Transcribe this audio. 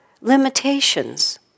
limitations